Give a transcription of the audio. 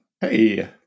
Hey